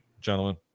gentlemen